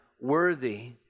worthy